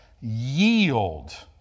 yield